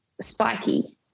spiky